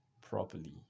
properly